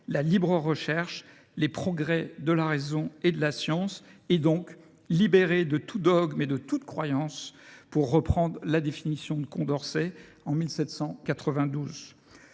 la libre recherche, les progrès de la raison et de la science, et donc libérées de tout dogme et de toute croyance, pour reprendre la définition qu’en donnait Condorcet en 1792.